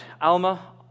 Alma